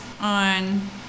on